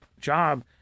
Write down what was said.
job